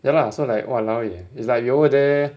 ya lah so like !walao! eh it's like you over there